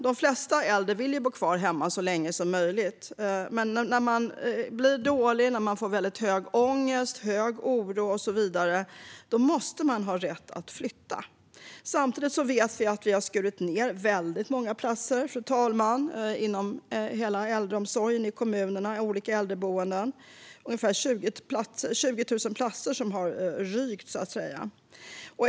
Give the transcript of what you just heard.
De flesta äldre vill bo kvar hemma så länge som möjligt, men när man blir dålig, får hög ångest, oro och så vidare måste man ha rätt att flytta. Samtidigt vet vi att vi har skurit ned väldigt många platser inom hela äldreomsorgen i kommunerna och på olika äldreboenden, fru talman. Det är ungefär 20 000 platser som har rykt.